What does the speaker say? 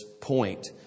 point